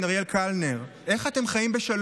בחייאת רבאק, מה הוא עושה?